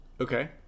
Okay